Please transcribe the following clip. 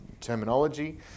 terminology